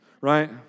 right